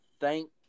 Thank